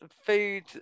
food